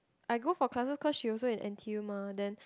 I go for classes cause she also in n_t_u mah then